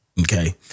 Okay